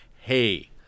hey